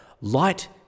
light